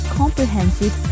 comprehensive